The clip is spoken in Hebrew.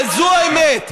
וזו האמת.